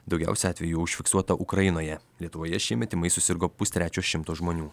daugiausia atvejų užfiksuota ukrainoje lietuvoje šiemet tymais susirgo pustrečio šimto žmonių